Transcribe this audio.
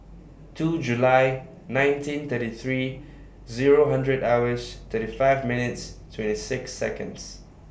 two July nineteen thirty three Zero hundred hours thirty five minutes twenty six Seconds